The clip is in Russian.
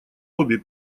обе